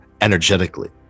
energetically